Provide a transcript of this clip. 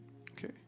Okay